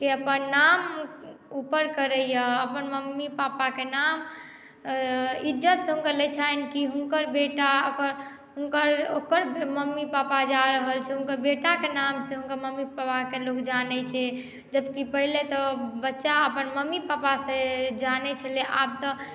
केँ अपन नाम ऊपर करैए अपन मम्मी पापाके नाम इज्जतसँ हुनका लैत छनि कि हुनकर बेटा हुनकर ओकर मम्मी पापा जा रहल छै हुनकर बेटाकेँ नामसँ हुनका मम्मी पापाकेंँ लोक जानैत छै जबकि पहिले तऽ बच्चा अपन मम्मी पापासँ जानैत छलै आब तऽ